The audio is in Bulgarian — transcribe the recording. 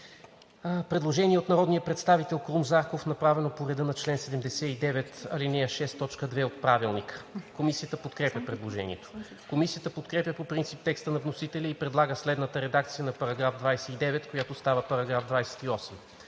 предложение от народния представител Крум Зарков, направено по реда на чл. 79, ал. 6, т. 2 от ПОДНС. Комисията подкрепя предложението. Комисията подкрепя по принцип текста на вносителя и предлага следната редакция на § 29, който става § 28: „§ 28.